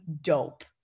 dope